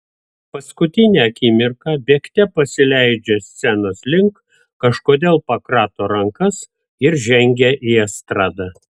paskutinę akimirką bėgte pasileidžia scenos link kažkodėl pakrato rankas ir žengia į estradą